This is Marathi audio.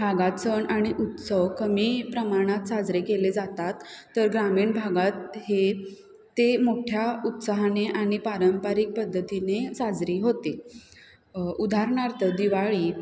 भागात सण आणि उत्सव कमी प्रमाणात साजरे केले जातात तर ग्रामीण भागात हे ते मोठ्या उत्साहाने आणि पारंपरिक पद्धतीने साजरी होते उदाहरणारार्थ दिवाळी